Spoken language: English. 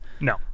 No